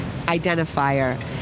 identifier